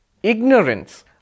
Ignorance